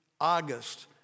August